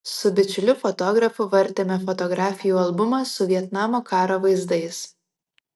su bičiuliu fotografu vartėme fotografijų albumą su vietnamo karo vaizdais